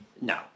No